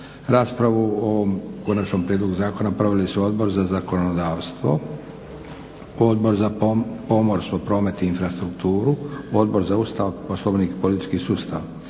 Odbor za pomorstvo, promet i infrastrukturu, Odbor za Ustav, Poslovnik i politički sustav.